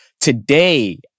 Today